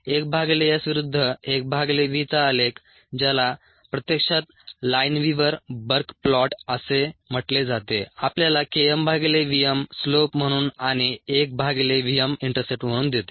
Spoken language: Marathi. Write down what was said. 1 भागिले S विरुद्ध 1 भागिले v चा आलेख ज्याला प्रत्यक्षात लाइनवीव्हर बर्क प्लॉट असे म्हटले जाते आपल्याला K m भागिले v m स्लोप म्हणून आणि 1 भागिले v m इंटरसेप्ट म्हणून देते